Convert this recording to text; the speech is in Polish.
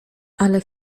ale